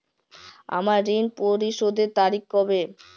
আমার ঋণ পরিশোধের তারিখ কবে?